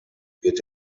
wird